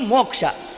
Moksha